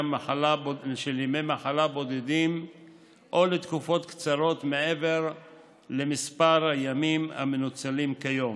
מחלה בודדים או לתקופות קצרות מעבר למספר הימים המנוצלים כיום.